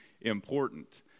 important